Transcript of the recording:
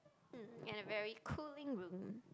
hmm in a very cooling room